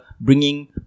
bringing